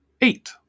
eight